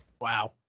Wow